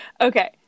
okay